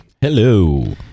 Hello